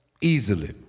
easily